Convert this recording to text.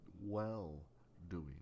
well-doing